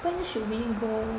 when should we go